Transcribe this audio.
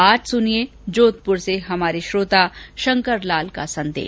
आज सुनिए जोधपुर से हमारे श्रोता शंकर लाल का संदेश